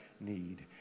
need